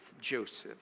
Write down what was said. Joseph